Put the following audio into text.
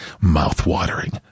Mouth-watering